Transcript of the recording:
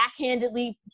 backhandedly